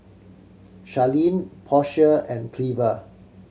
Charlene Portia and Cleva